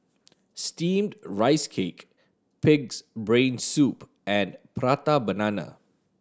Steamed Rice Cake Pig's Brain Soup and Prata Banana